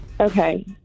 okay